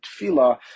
tefillah